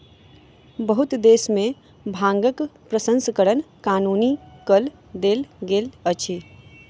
बहुत देश में भांगक प्रसंस्करण कानूनी कअ देल गेल अछि